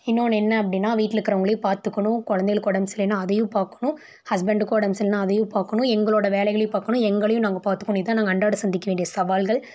இன்னொன்று என்ன அப்படினா வீட்லருக்கிறவங்களையும் பார்த்துக்கணும் குழந்தைகளுக்கு உடம்பு சரியில்லனா அதையும் பார்க்கணும் ஹஸ்பண்டுக்கும் உடம்பு சரியில்லனா அதையும் பார்க்கணும் எங்களோட வேலைகளையும் பார்க்கணும் எங்களையும் நாங்கள் பார்த்துக்கணும் இதான் நாங்கள் அன்றாட சந்திக்க வேண்டிய சவால்கள்